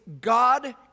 God